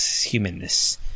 humanness